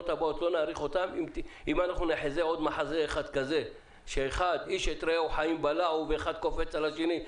אם נחזה עוד מחזה כזה שאחד קופץ על השני,